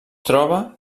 troba